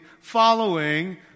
following